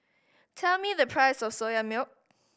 tell me the price of Soya Milk